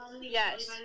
Yes